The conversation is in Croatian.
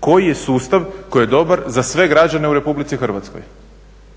koji je sustav koji je dobar za sve građane u RH. A vratit